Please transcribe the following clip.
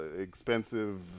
expensive